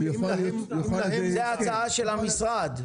זאת ההצעה של המשרד.